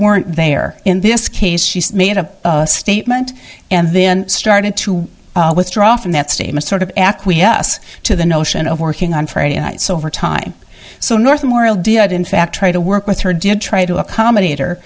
weren't there in this case she made a statement and then started to withdraw from that statement sort of acquiesce to the notion of working on friday nights over time so north morial did in fact try to work with her didn't try to accommodate